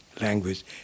language